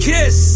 Kiss